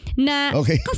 Okay